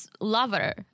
lover